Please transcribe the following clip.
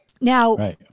Now